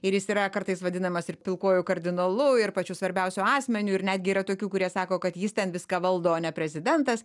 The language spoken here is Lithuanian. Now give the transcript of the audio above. ir jis yra kartais vadinamas ir pilkuoju kardinolu ir pačiu svarbiausiu asmeniu ir netgi yra tokių kurie sako kad jis ten viską valdo o ne prezidentas